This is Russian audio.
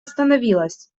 остановилась